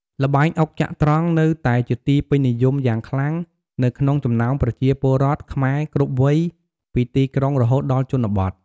ល្បែងអុកចត្រង្គនៅតែជាទីពេញនិយមយ៉ាងខ្លាំងនៅក្នុងចំណោមប្រជាពលរដ្ឋខ្មែរគ្រប់វ័យពីទីក្រុងរហូតដល់ជនបទ។